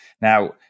now